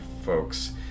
folks